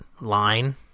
line